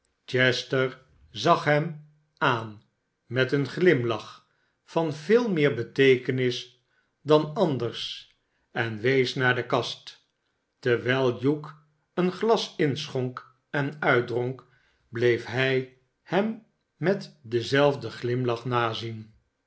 chester zag hem aan met een glimlach van veel meer beteekenis dan anders en wees naar de kast terwijl hugh een glas inschonk en uitdronk bleef hij hem met denzelfden glimlach nazien